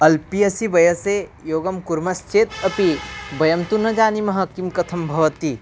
अल्पीयसि वयसे योगं कुर्मश्चेत् अपि वयं तु न जानीमः किं कथं भवति